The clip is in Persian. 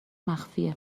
مخفیه